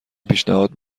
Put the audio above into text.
پیشنهاد